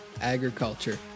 agriculture